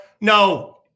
No